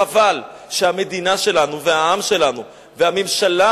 חבל שהמדינה שלנו והעם שלנו והממשלה,